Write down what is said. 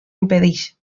impedeix